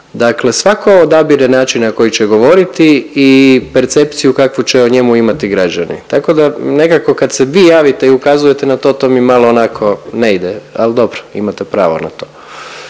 Dakle svako odabire način na koji će govoriti i percepciju kakvu će o njemu imati građani, tako da nekako kad se vi javite i ukazujete na to, to mi malo onako ne ide, al dobro imate pravo na to.